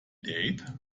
date